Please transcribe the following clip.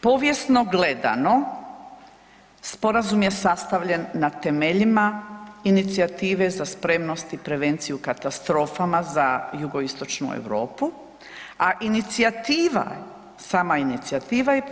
Povijesno gledano, sporazum je sastavljen na temeljima inicijative Za spremnost i prevenciju katastrofama za jugoistočnu Europu, a inicijativa je